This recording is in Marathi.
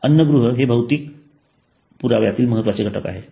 अन्न गृह हे सर्व भौतिक पुराव्यातील महत्त्वाचे घटक आहेत